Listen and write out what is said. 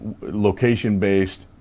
location-based